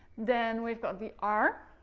then we've got the r